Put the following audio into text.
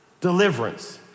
deliverance